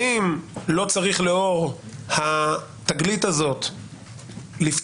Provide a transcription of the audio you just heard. האם לא צריך לאור התגלית הזאת לפתוח